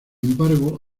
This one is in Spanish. embargo